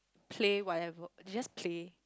play what ever they just play